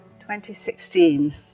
2016